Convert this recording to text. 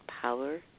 power